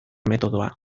metodoa